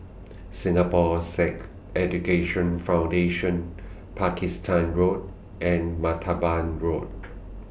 Singapore Sikh Education Foundation Pakistan Road and Martaban Road